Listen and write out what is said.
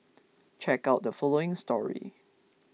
check out the following story